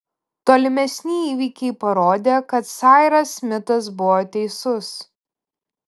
tolimesni įvykiai parodė kad sairas smitas buvo teisus